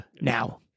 now